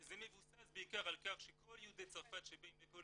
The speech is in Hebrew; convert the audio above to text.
--- זה מבוסס בעיקר על כך שכל יהודי צרפת שבאים לפה,